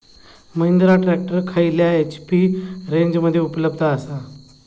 Mahindra tractor खयल्या HP रेंजमध्ये उपलब्ध आसा?